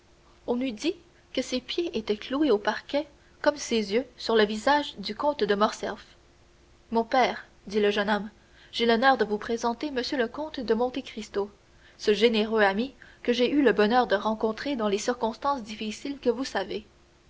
on eût dit que ses pieds étaient cloués au parquet comme ses yeux sur le visage du comte de morcerf mon père dit le jeune homme j'ai l'honneur de vous présenter monsieur le comte de monte cristo ce généreux ami que j'ai eu le bonheur de rencontrer dans les circonstances difficiles que vous savez